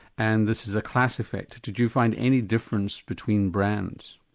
and this is a class effect, did you find any difference between brands?